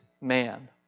man